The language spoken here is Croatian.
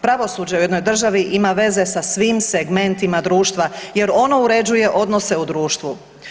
Pravosuđe u jednoj državi ima veze sa svim segmentima društva jer ono uređuje odnose u društvu.